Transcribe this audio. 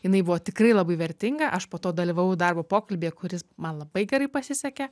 jinai buvo tikrai labai vertinga aš po to dalyvavau darbo pokalbyje kuris man labai gerai pasisekė